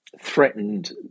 threatened